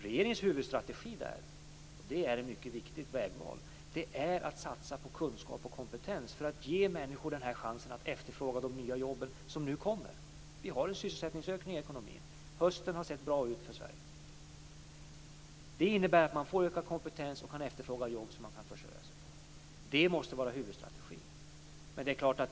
Regeringens huvudstrategi - och det är ett viktigt vägval - är att satsa på kunskap och kompetens för att ge människor chansen att efterfråga de nya jobb som nu kommer. Det råder en sysselsättningsökning i ekonomin. Hösten har sett bra ut för Sverige. Det innebär ökad kompetens och en efterfrågan på jobb som man kan försörja sig på. Det måste vara huvudstrategin.